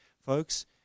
Folks